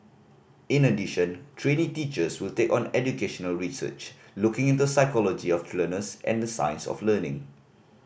in addition trainee teachers will take on educational research looking into psychology of learners and the science of learning